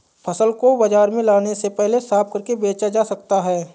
फसल को बाजार में लाने से पहले साफ करके बेचा जा सकता है?